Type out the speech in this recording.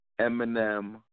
Eminem